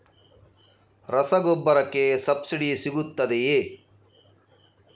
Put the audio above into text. ರಸಗೊಬ್ಬರಕ್ಕೆ ಸಬ್ಸಿಡಿ ಸಿಗುತ್ತದೆಯೇ?